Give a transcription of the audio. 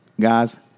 Guys